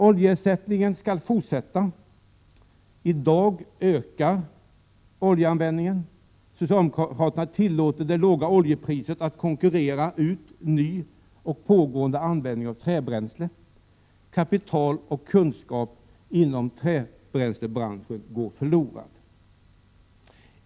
Oljeersättningen skall fortsätta — i dag ökar oljeanvändningen. Socialdemokraterna tillåter att det låga oljepriset får konkurrera ut ny och pågående användning av träbränslen. Kapital och kunskap inom träbränslebranschen går förlorat.